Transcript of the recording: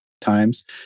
times